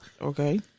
Okay